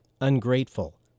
ungrateful